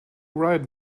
write